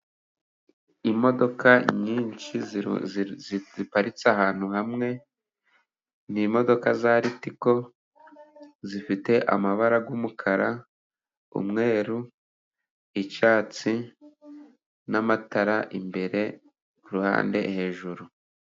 Imodoka nyinshi ziparitse ahantu hamwe, ni imodoka za Ritiko zifite amabara: y'umukara ,umweru, icyatsi n'amatara imbere, ku ruhande ,hejuru.